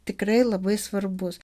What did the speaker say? tikrai labai svarbus